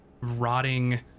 rotting